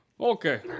Okay